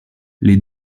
les